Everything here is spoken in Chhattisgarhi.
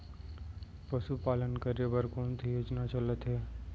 पशुपालन करे बर कोन से योजना चलत हे?